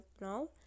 now